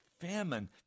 famine